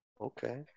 Okay